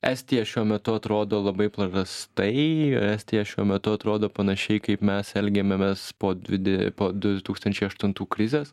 estija šiuo metu atrodo labai prastai estija šiuo metu atrodo panašiai kaip mes elgiamėmės po dvide po du tūkstančiai aštuntų krizės